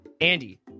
Andy